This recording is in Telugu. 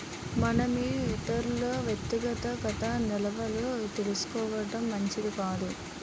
మనం ఇతరుల వ్యక్తిగత ఖాతా నిల్వలు తెలుసుకోవడం మంచిది కాదు